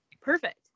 Perfect